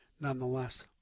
nonetheless